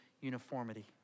uniformity